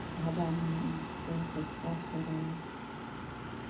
ᱫᱷᱟᱵᱟ ᱢᱮᱱᱟᱜᱼᱟ toll tax ᱯᱟᱥᱮ ᱨᱮ